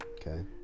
Okay